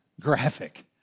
graphic